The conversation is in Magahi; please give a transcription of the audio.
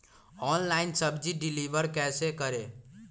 ऑनलाइन सब्जी डिलीवर कैसे करें?